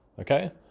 Okay